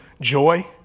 joy